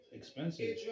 expensive